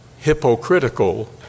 hypocritical